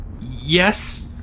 Yes